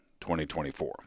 2024